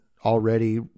Already